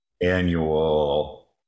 annual